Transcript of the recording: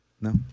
No